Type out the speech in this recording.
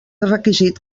requisit